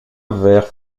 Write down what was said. vers